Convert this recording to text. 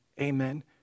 Amen